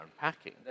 unpacking